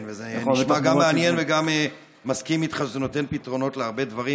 וזה גם נשמע מעניין ואני מסכים איתך שזה נותן פתרונות להרבה דברים.